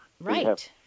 Right